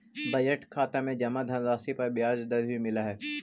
budget खाता में जमा धनराशि पर ब्याज दर भी मिलऽ हइ